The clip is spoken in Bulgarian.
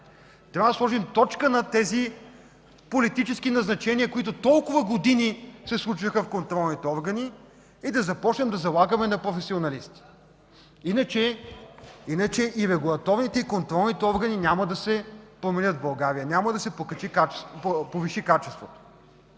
трябва да сложим точка на тези политически назначения, които толкова години се случваха в контролните органи, и да започнем да залагаме на професионалисти. Иначе и регулаторните, и контролните органи в България няма да се променят, няма да се повиши качеството.